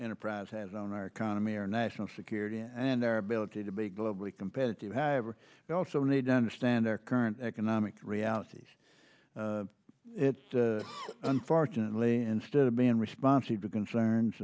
enterprise has on our economy or national security and their ability to be globally competitive however they also need to understand their current economic realities unfortunately instead of being responsive to concerns